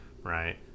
Right